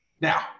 now